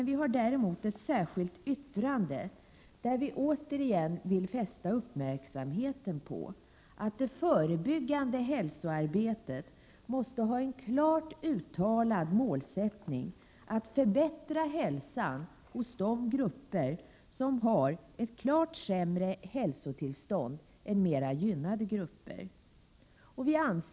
Vi har däremot skrivit ett särskilt yttrande, där vi återigen vill fästa uppmärksamheten på att det förebyggande hälsoarbetet måste ha en klart uttalad målsättning att förbättra hälsan hos de grupper som har ett klart sämre hälsotillstånd än mera gynnade grupper.